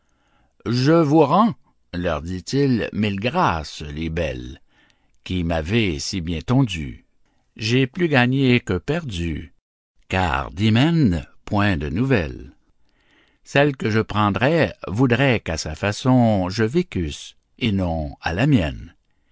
je vous rends leur dit-il mille grâces les belles qui m'avez si bien tondu j'ai plus gagné que perdu car d'hymen point de nouvelles celle que je prendrais voudrait qu'à sa façon je vécusse et non à la mienne